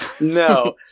No